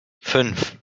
fünf